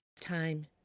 time